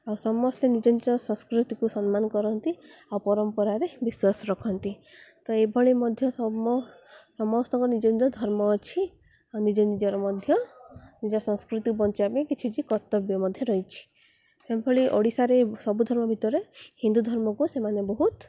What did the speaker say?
ଆଉ ସମସ୍ତେ ନିଜ ନିଜ ସଂସ୍କୃତିକୁ ସମ୍ମାନ କରନ୍ତି ଆଉ ପରମ୍ପରାରେ ବିଶ୍ଵାସ ରଖନ୍ତି ତ ଏଭଳି ମଧ୍ୟ ସମ ସମସ୍ତଙ୍କ ନିଜ ନିଜ ଧର୍ମ ଅଛି ଆଉ ନିଜ ନିଜର ମଧ୍ୟ ନିଜ ସଂସ୍କୃତିକୁ ବଞ୍ଚିବା ପାଇଁ କିଛି କର୍ତ୍ତବ୍ୟ ମଧ୍ୟ ରହିଛି ସେଭଳି ଓଡ଼ିଶାରେ ସବୁ ଧର୍ମ ଭିତରେ ହିନ୍ଦୁ ଧର୍ମକୁ ସେମାନେ ବହୁତ